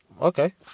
Okay